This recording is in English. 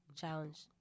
Challenge